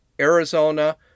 Arizona